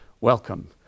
Welcome